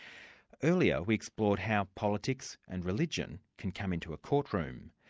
earlier we explored how politics and religion can come into a courtroom.